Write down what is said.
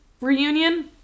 reunion